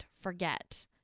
forget